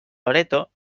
loreto